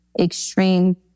extreme